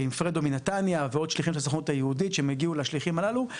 עם פרדו מנתניה ועוד שליחים של הסוכנות היהודית שהגיעו לשליחים הללו,